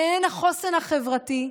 הן החוסן החברתי.